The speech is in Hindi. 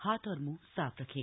हाथ और मुंह साफ रखें